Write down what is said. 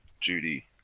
Judy